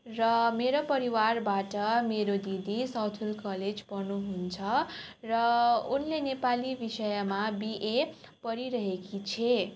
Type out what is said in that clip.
र मेरो परिवारबाट मेरो दिदी साउथफिल्ड कलेज पढ्नुहुन्छ र उनले नेपाली विषयमा बिए पढिरहेकी छ